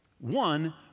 one